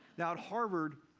now, at harvard,